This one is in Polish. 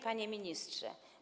Panie Ministrze!